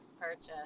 purchase